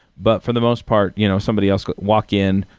but for the most part, you know somebody else will walk in,